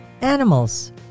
animals